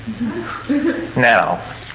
Now